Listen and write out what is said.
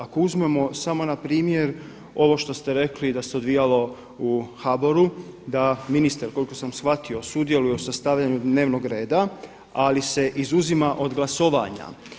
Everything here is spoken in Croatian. Ako uzmemo samo na primjer ovo što ste rekli da se odvijalo u HBOR-u da ministar koliko sam shvatio sudjeluje u sastavljanju dnevnog reda, ali se izuzima od glasovanja.